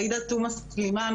עאידה תומא סלימאן,